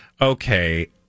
okay